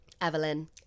Evelyn